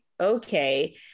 okay